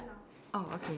oh okay